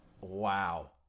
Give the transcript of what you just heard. Wow